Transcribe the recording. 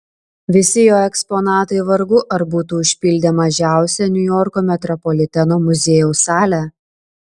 visi jo eksponatai vargu ar būtų užpildę mažiausią niujorko metropoliteno muziejaus salę